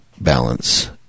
balance